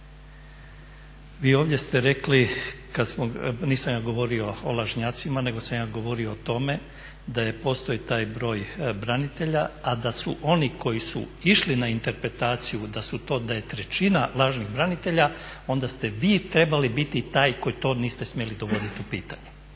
ste ovdje rekli, nisam ja govorio o lažnjacima nego sam ja govorio o tome da postoji taj broj branitelja, a da su oni koji su išli na interpretaciju da je trećina lažnih branitelja onda ste vi trebali biti taj koji to niste smjeli dovoditi u pitanje,